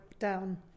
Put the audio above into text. down